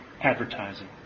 Advertising